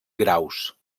graus